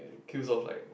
kills of like